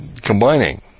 combining